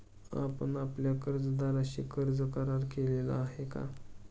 आपण आपल्या कर्जदाराशी कर्ज करार केला आहे का?